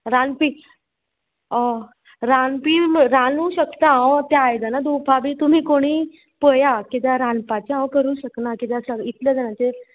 रांदपी ओ रांदपी रानू शकता हांव त्या आयदनां धुवपा बी तुमी कोणीय पया कित्याक रांदपाचें हांव करूं शकना किद्या सगळें इतलें जाणांचे